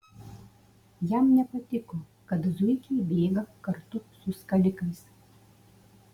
jam nepatiko kad zuikiai bėga kartu su skalikais